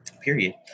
Period